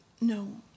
no